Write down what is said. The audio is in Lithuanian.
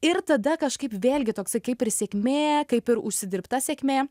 ir tada kažkaip vėlgi toksai kaip ir sekmė kaip ir užsidirbta sėkmė